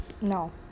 no